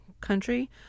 country